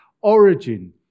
origin